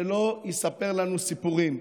שלא יספר לנו סיפורים.